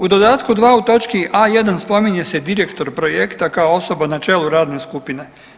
U dodatku dva u točki A1 spominje se direktor projekta kao osoba na čelu radne skupine.